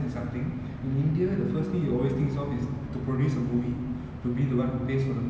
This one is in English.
so like I think like you mentioned right like india's biggest revenue one of it is the movies lah I agree